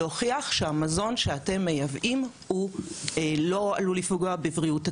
להוכיח שהמזון שאתם מייבאים הוא לא עלול לפגוע בבריאות הציבור.